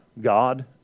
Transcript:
God